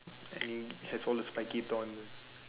and it has all the spikey down the